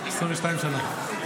22 שנה.